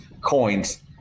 coins